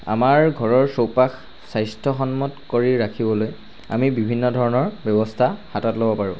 আমাৰ ঘৰৰ চৌপাশ স্বাস্থ্যসন্মত কৰি ৰাখিবলৈ আমি বিভিন্ন ধৰণৰ ব্যৱস্থা হাতত ল'ব পাৰোঁ